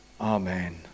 Amen